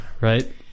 right